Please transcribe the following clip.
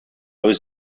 was